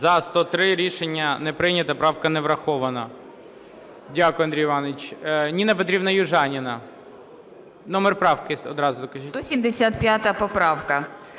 За-103 Рішення не прийнято. Правка не врахована. Дякую, Андрій Іванович. Ніна Петрівна Южаніна. Номер правки одразу скажіть. 11:12:58